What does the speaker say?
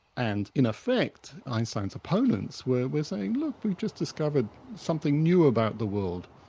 and in effect, einstein's opponents were were saying, look, we've just discovered something new about the world.